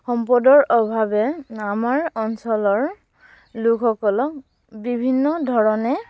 সম্পদৰ অভাৱে আমাৰ অঞ্চলৰ লোকসকলক বিভিন্ন ধৰণে